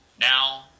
Now